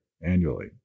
annually